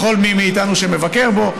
לכל מי מאיתנו שמבקר בו.